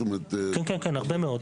כן, הרבה מאות.